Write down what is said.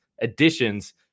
additions